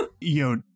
Yo